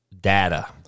data